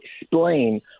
explain